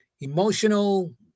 emotional